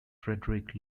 frederick